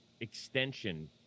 extension